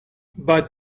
but